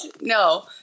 No